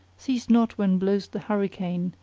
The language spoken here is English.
see'st not when blows the hurricane,